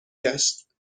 گشت